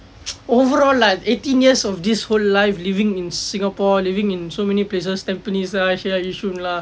overall lah eighteen years of this whole life living in singapore living in so many places tampines lah yishun lah